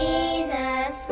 Jesus